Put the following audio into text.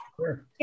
Sure